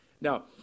now